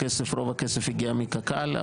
רוב הכסף הגיע מקק"ל,